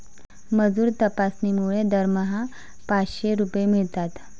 मजूर तपासणीमुळे दरमहा पाचशे रुपये मिळतात